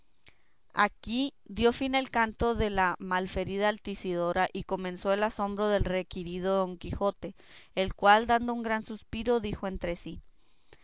aquí dio fin el canto de la malferida altisidora y comenzó el asombro del requirido don quijote el cual dando un gran suspiro dijo entre sí